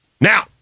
Now